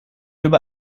über